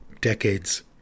decades